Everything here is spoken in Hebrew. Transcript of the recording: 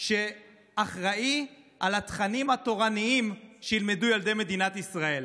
שאחראי על התכנים התורניים שילמדו ילדי מדינת ישראל.